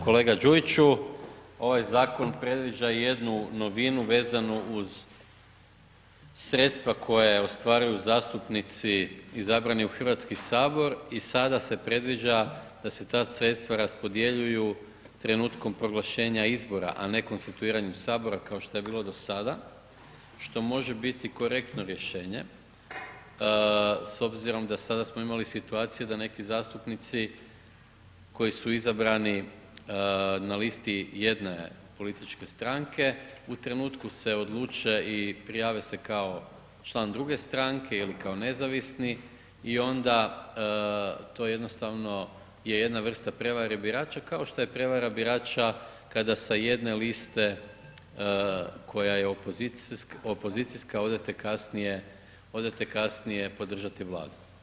Kolega Đujiću, ovaj zakon predviđa jednu novinu vezanu uz sredstva koja ostvaruju zastupnici izabrani u HS i sada se predviđa da se ta sredstva raspodjeljuju trenutkom proglašenja izbora, a ne konstituiranjem HS, kao što je bilo do sada, što može biti korektno rješenje s obzirom da sada smo imali situacije da neki zastupnici koji su izabrani na listi jedne političke stranke, u trenutku se odluče i prijave se kao član druge stranke ili kao nezavisni i onda to jednostavno je jedna vrsta prevare birača, kao što je prevara birača kada sa jedne liste koja je opozicijska, odete kasnije podržati Vladu.